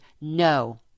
no